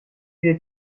you